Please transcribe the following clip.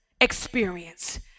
experience